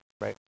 right